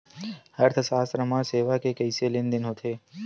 अर्थशास्त्र मा सेवा के कइसे लेनदेन होथे?